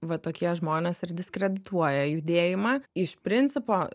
va tokie žmonės ir diskredituoja judėjimą iš principo